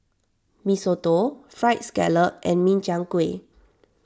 Mee Soto Fried Scallop and Min Chiang Kueh